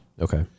Okay